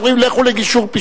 אומרים: לכו לגישור-פישור,